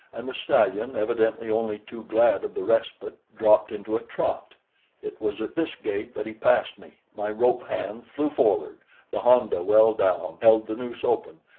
and the stallion, evidently only too glad of the respite, dropped into a trot it was at this gait that he passed me my rope-hand flew forward the honda, well down, held the noose open,